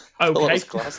okay